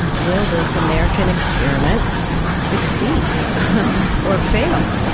and will this american experiment succeed or fail?